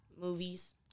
movies